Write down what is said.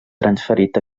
transferit